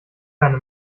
keine